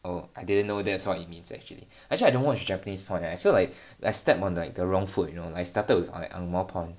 oh I didn't know that's what it means actually actually I don't watch japanese porn eh I feel like I stepped onto the wrong foot you know I started with like an angmoh porn